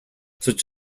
such